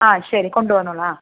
ആ ശരി കൊണ്ടുവന്നോളൂ ആ